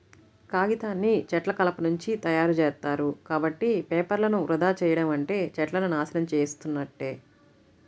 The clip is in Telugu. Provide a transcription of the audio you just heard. కాగితాన్ని చెట్ల కలపనుంచి తయ్యారుజేత్తారు, కాబట్టి పేపర్లను వృధా చెయ్యడం అంటే చెట్లను నాశనం చేసున్నట్లే